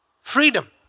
freedom